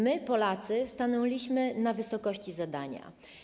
My, Polacy, stanęliśmy na wysokości zadania.